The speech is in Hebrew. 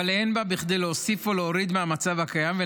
אבל אין בה כדי להוסיף או להוריד מהמצב הקיים.